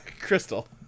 Crystal